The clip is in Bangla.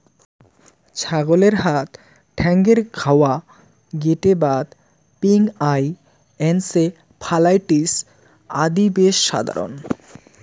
ছাগলের হাত ঠ্যাঙ্গের ঘাউয়া, গেটে বাত, পিঙ্ক আই, এনসেফালাইটিস আদি বেশ সাধারণ